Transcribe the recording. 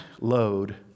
load